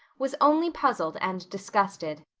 was only puzzled and disgusted.